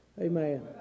Amen